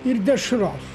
ir dešros